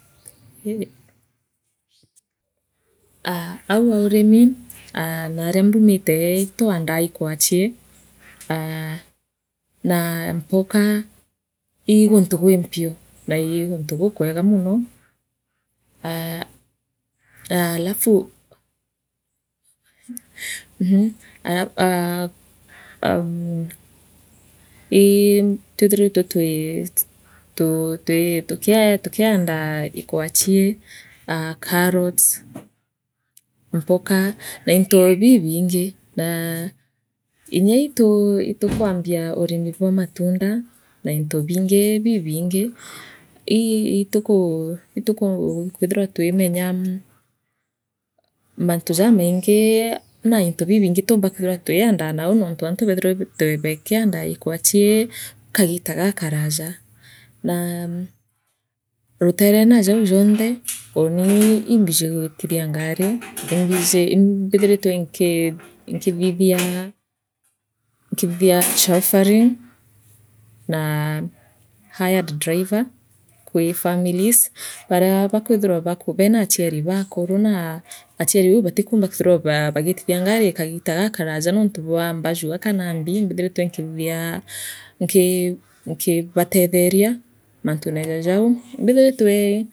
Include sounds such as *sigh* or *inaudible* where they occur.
*hesitation* Aa aua urimi aa naaria mbumite itwaanda ikwachii aa *hesitation* naa mpoka ii guntu gwi mpio naa ii guntu gukwega mono aa *hesitation* alafu aa *hesitation* ii itwithiritwe twii tuu tuki *hesitation* tukiandaa ikwachii aa carrots mpaka na into bibiingi naa inyaii tuu itukwambia urimi bwa matunda na into biingi bibingi ii iituku kwithirwa twimenya mantu jamaingi naa into bibiingi tuumba kwithirwa twiandaa nau nontu antu beethirwa beethiritwe tukiandaa ikwachii kagiita gaakaraja naa rutere na jau jonthe uuri imbiji gwitithia ngari imbiji imbithiritwe nkii nkithirithia nkithithia chauffeuring na hired driver kwi families baria baaku beenachiari baakuru naa achiari bau batikumba kwithirwa baa bagitithia ngari kugiita thithia nki nkibateethena mantune ja jau mbithiritwe.